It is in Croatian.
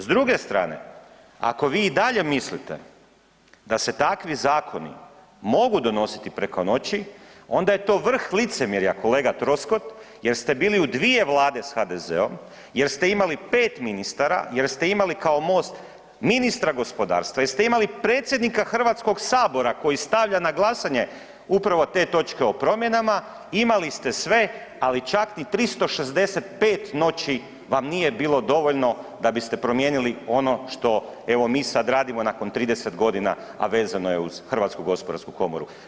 S druge strane ako vi i dalje mislite da se takvi zakoni mogu donositi preko noći, onda je to vrh licemjerja kolega Troskot jer ste bili u dvije vlade s HDZ-om, jer ste imali 5 ministara, jer ste imali kao MOST ministra gospodarstva, jer ste imali predsjednika Hrvatskog sabora koji stavlja na glasanje upravo te točke o promjenama, imali ste sve ali čak ni 365 noći vam nije bilo dovoljno da biste promijenili ono što evo mi sad radimo nakon 30 godina, a vezano uz Hrvatsku gospodarsku komoru.